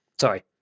sorry